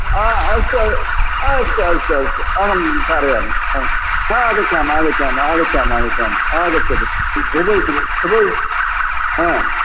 अ अस्तु अस्तु अस्तु अस्तु अहं कारयामि ह आगच्छामि आगच्छामि आगच्छामि आगच्छामि आगच्छतु हा